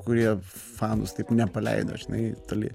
kurie fanus taip nepaleido žinai toli